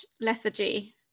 lethargy